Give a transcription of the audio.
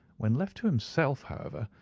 when left to himself, however,